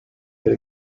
get